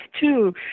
two